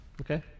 Okay